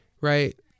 right